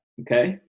okay